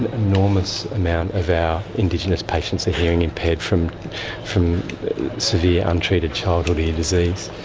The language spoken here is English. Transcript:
enormous amount of our indigenous patients are hearing impaired from from severe untreated childhood ear disease.